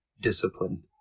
discipline